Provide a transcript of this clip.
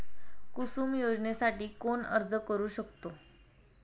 कुसुम योजनेसाठी कोण अर्ज करू शकतो?